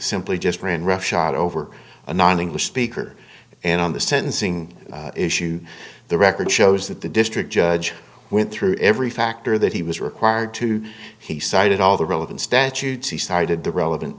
simply just ran roughshod over a non english speaker and on the sentencing issue the record shows that the district judge went through every factor that he was required to he cited all the relevant statutes he cited the relevant